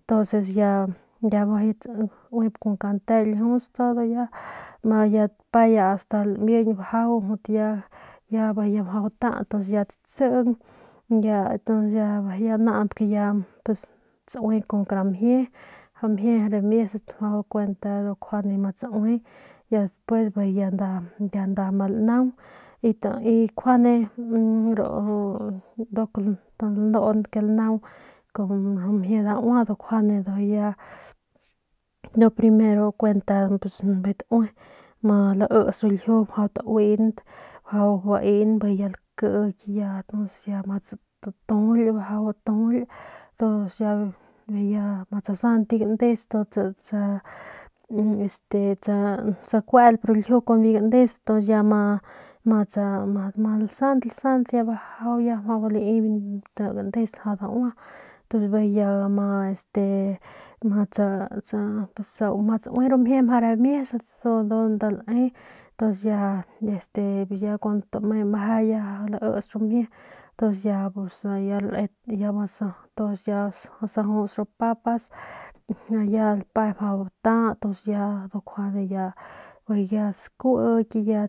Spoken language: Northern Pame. Entonces ya bijiy tsauip kun kante ljius todo ya y lape ke ya mjau lamiñ ya mjau ata bijiy ya tsatsing bijiy ya naañp ke ya pus tsaui kun kara mjie ramiesat mjau kuent ma tsaui y ya despues bijiy ya nda ma lanaung y nkjuande ru nduk lanun ke ñlanaung ru mjie daua ndujuy ya kjuande ya ni primero ya kuent bijiy taue ma laits ru ljiu mjau taun mjau baen bijiy ya lakiky ma tsatujuly mjau batujuly y ntuns bijiy ya ma tsasant biu gandes tuns este tsakuelp ru ljiu kun biu gandes ntuns ya tsa lasant lasant ya bajau ya lai biu gandes mjau daua ntuns bijiy ya gama este ma tsa matsa naue ru mjie mjau ramiesat ndu ndu nda lae ntuns ya este tame meje ya laits ru mjie ntuns ya pus ya le masa ya tuns ya sajuts ru papas y ya lape mjau ta ntuns bijiy ya sakuiky ya